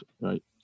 right